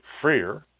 freer